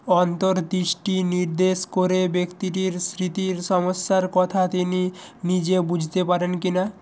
অন্তর্দৃষ্টি নির্দেশ করে ব্যক্তিটির স্মৃতির সমস্যার কথা তিনি নিজে বুঝতে পারেন কি না